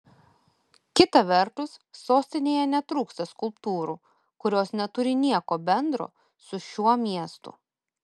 kita vertus sostinėje netrūksta skulptūrų kurios neturi nieko bendro su šiuo miestu